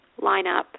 lineup